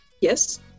Yes